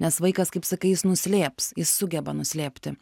nes vaikas kaip sakai jis nuslėps jis sugeba nuslėpti